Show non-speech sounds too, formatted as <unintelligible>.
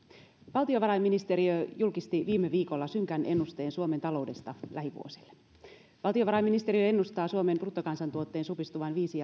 valtiovarainministeriö julkisti viime viikolla synkän ennusteen suomen taloudesta lähivuosille valtiovarainministeriö ennustaa suomen bruttokansantuotteen supistuvan viisi <unintelligible>